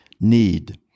need